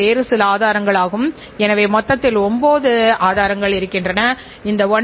சித்தோடு என் இந்த கருத்துரையை நிறைவு செய்ய விரும்புகிறேன்